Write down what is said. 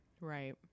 right